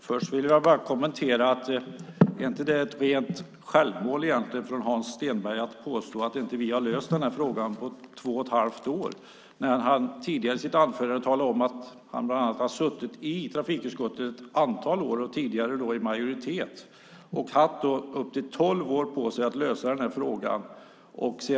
Fru talman! Först undrar jag bara om det inte är ett rent självmål från Hans Stenberg att påstå att vi inte har löst den här frågan på två och ett halvt år. Tidigare i sitt anförande talade han om att han har suttit i trafikutskottet i ett antal år och tidigare i majoritet. Han har haft upp till tolv år på sig att lösa den här frågan.